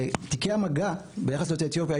תיקי המגע ביחס ליוצאי אתיופיה,